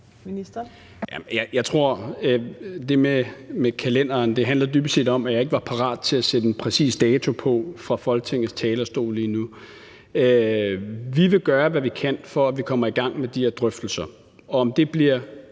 Jeg tror, at det med kalenderen dybest set handler om, at jeg ikke var parat til at sætte en præcis dato på fra Folketingets talerstol lige nu. Vi vil gøre, hvad vi kan, for at vi kommer i gang med de her drøftelser. Om det bliver